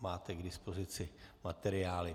Máte k dispozici materiály.